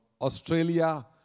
Australia